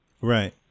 Right